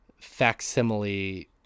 facsimile